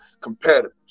competitors